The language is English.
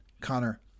Connor